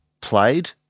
played